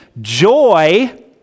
Joy